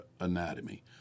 anatomy